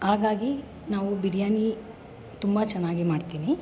ಹಾಗಾಗಿ ನಾವು ಬಿರಿಯಾನಿ ತುಂಬ ಚೆನ್ನಾಗಿ ಮಾಡ್ತೀನಿ